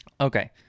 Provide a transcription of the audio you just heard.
Okay